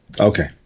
Okay